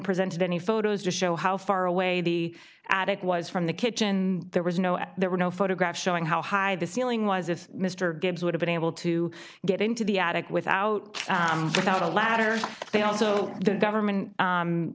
presented any photos to show how far away the attic was from the kitchen there was no there were no photographs showing how high the ceiling was if mr gibbs would have been able to get into the attic without without a ladder they also the government